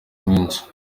mwinshi